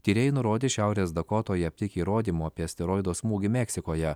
tyrėjai nurodė šiaurės dakotoje aptikę įrodymų apie asteroido smūgį meksikoje